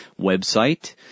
website